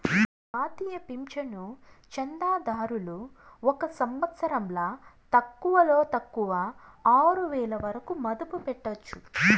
ఈ జాతీయ పింఛను చందాదారులు ఒక సంవత్సరంల తక్కువలో తక్కువ ఆరువేల వరకు మదుపు పెట్టొచ్చు